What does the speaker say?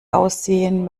aussehen